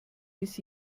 bis